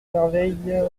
merveille